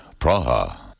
Praha